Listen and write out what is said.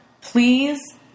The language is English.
please